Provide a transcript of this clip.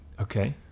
Okay